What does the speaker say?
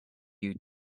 you